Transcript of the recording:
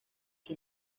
sus